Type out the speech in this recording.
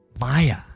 Maya